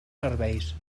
serveis